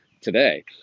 today